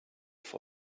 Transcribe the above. for